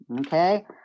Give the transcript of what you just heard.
okay